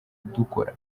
dukora